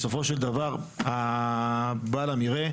בסופו של דבר בעל מרעה,